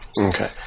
Okay